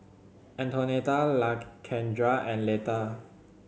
Antonetta Lakendra and Leta